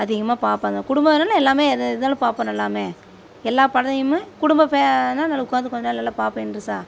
அதிகமாக பார்ப்போங்க குடும்ப இதில் எல்லாமே எது எதானாலும் பார்ப்போம் எல்லாம் எல்லா படமும் குடும்ப பே உக்கார்ந்து கொஞ்சம் நேரம் நல்லா பார்ப்பேன் இன்ட்ரெஸ்டாக